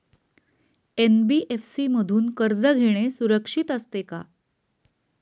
NBFC मधून कर्ज घेणे सुरक्षित असते का?